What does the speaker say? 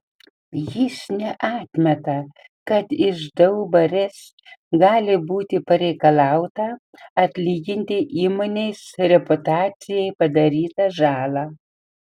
jis neatmeta kad iš daubarės gali būti pareikalauta atlyginti įmonės reputacijai padarytą žalą